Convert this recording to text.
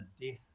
Death